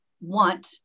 want